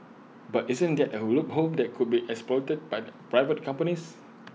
but isn't that A loophole that could be exploited by the private companies